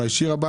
אולי שירה,